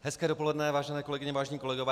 Hezké dopoledne, vážené kolegyně, vážení kolegové.